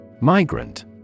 Migrant